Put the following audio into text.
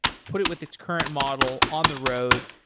put it with its current model on the road.